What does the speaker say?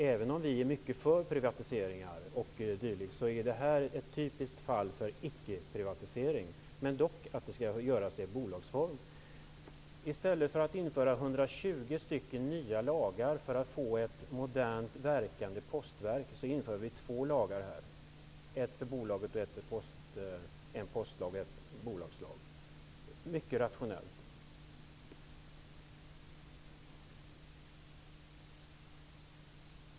Även om vi är mycket för privatisering o.d. är det här ett typiskt fall där ickeprivatisering gäller. Dock kan verksamheten drivas i bolagsform. I stället för att införa 120 nya lagar för att få ett modernt verkande postverk inför vi två lagar här -- en postlag och en bolagslag. Det är mycket rationellt.